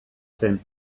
zen